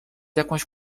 jakąś